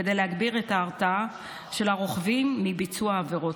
כדי להגביר את ההרתעה של הרוכבים מביצוע עבירות.